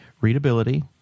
readability